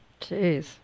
Jeez